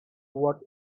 what